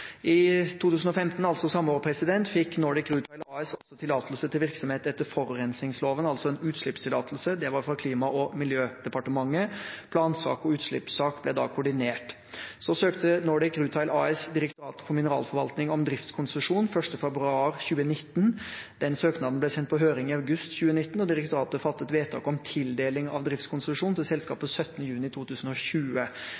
I 2015, altså samme år, fikk Nordic Rutile AS også tillatelse til virksomhet etter forurensningsloven, altså en utslippstillatelse. Det var fra Klima- og miljødepartementet. Plansak og utslippssak ble da koordinert. Så søkte Nordic Rutile AS Direktoratet for mineralforvaltning om driftskonsesjon 1. februar 2019. Den søknaden ble sendt på høring i august 2019, og direktoratet fattet vedtak om tildeling av driftskonsesjon til